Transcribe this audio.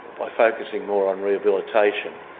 by focussing more on rehabilitation,